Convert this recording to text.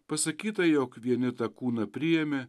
pasakyta jog vieni tą kūną priėmė